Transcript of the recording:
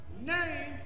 name